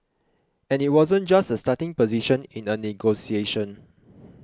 and it wasn't just a starting position in a negotiation